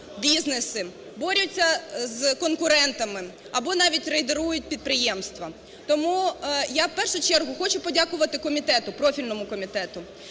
борються з конкурентами або навіть рейдерують підприємства. Тому я в першу чергу хочу подякувати комітету, профільному комітету.